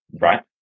right